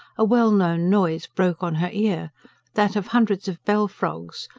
a well-known noise broke on her ear that of hundreds of bell-frogs,